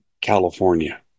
california